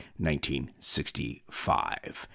1965